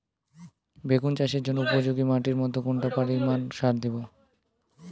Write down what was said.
বেগুন চাষের জন্য উপযোগী মাটির মধ্যে কতটা পরিমান সার দেব?